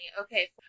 Okay